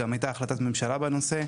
גם הייתה החלטת ממשלה בנושא,